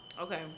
Okay